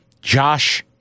Josh